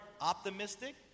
optimistic